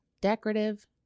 decorative